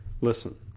listen